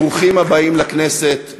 ברוכים הבאים לכנסת.